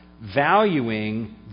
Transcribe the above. valuing